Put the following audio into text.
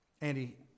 Andy